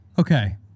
Okay